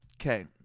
Okay